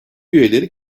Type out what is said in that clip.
üyeleri